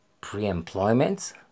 pre-employment